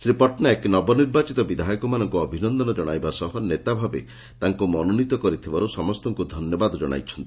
ଶ୍ରୀ ପଟନାୟକ ନବ ନିର୍ବାଚିତ ବିଧାୟକମାନଙ୍କୁ ଅଭିନନ୍ଦନ କଶାଇବା ସହ ନେତାଭାବେ ତାଙ୍କୁ ମନୋନୀତ କରିଥିବାରୁ ସମସ୍ତଙ୍କୁ ଧନ୍ୟବାଦ ଜଶାଇଛନ୍ତି